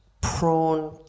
prawn